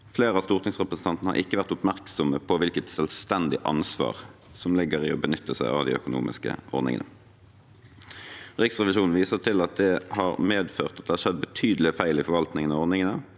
Flere av stortingsrepresentantene har ikke vært oppmerksomme på hvilket selvstendig ansvar som ligger i å benytte seg av de økonomiske ordningene. Riksrevisjonen viser til at det har medført at det har skjedd betydelige feil i forvaltningen av ordningene,